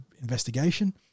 investigation